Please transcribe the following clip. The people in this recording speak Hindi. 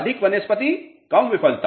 अधिक वनस्पति कम विफलता